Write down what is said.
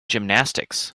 gymnastics